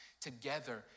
together